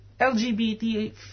LGBT